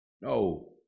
No